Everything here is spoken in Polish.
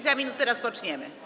Za minutę rozpoczniemy.